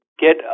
get